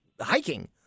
hiking